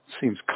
seems